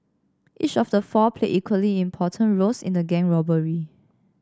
each of the four played equally important roles in the gang robbery